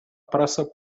praça